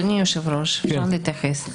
אדוני היושב ראש, אפשר להתייחס?